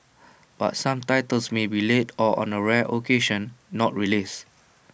but some titles may be late or on A rare occasion not released